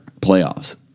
playoffs